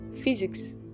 Physics